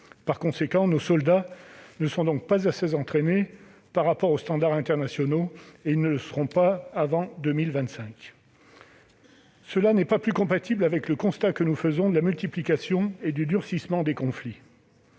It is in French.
à 2025. Nos soldats ne sont donc pas assez entraînés par rapport aux normes internationales et ne le seront pas avant 2025. Cela n'est plus compatible avec le constat que nous faisons de la multiplication et du durcissement des conflits.